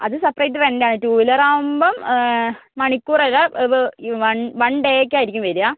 അത് സെപ്പറേറ്റ് റെൻ്റാണ് ടൂ വീലറാകുമ്പം മണിക്കൂറല്ല ഈ വൺ വൺ ഡേയ്ക്കായിരിക്കും വരിക